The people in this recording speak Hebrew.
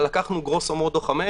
לקחנו גרוסו מודו 5,